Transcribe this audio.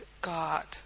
God